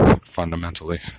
Fundamentally